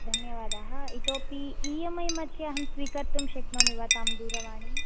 धन्यवादाः इतोऽपि E M I मध्ये अहं स्वीकर्तुं शक्नोमि वा तां दूरवाणीं